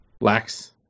lax